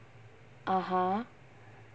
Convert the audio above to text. (uh huh)